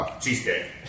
Cheesecake